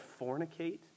fornicate